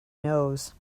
nose